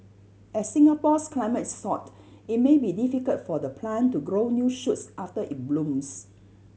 as Singapore's climate is sort it may be difficult for the plant to grow new shoots after it blooms